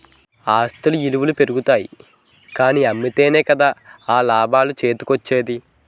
ఆస్తుల ఇలువలు పెరుగుతాయి కానీ అమ్మితేనే కదా ఆ లాభం చేతికోచ్చేది?